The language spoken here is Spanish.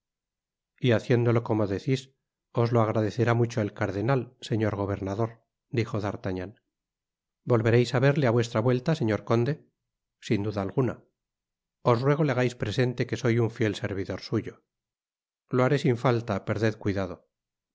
y haciéndolo como decis os lo agradecerá mucho el cardenal señor gobernador dijo d'artagnan volvereis á verle á vuestra vuelta señor conde sin duda alguna os ruego le hagais presente que soy un fiel servidor suyo lo haré sin falta perded cuidado